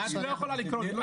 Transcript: את לא יכולה לקרוא אותי לסדר.